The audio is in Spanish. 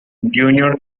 junior